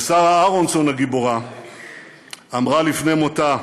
ושרה אהרונסון הגיבורה אמרה לפני מותה: